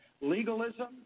legalism